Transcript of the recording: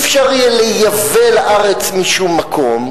לא יהיה אפשר לייבא לארץ משום מקום,